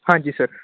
ਹਾਂਜੀ ਸਰ